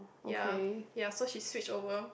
ya ya so she switched over